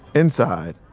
inside,